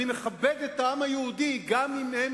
אני מכבד את העם היהודי גם אם הם